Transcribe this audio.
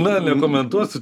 na nekomentuosiu